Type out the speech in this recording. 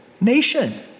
nation